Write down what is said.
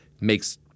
makes